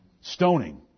Stoning